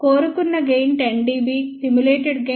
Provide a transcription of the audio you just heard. కోరుకున్న gain 10 dB simulated gain 10